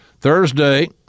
Thursday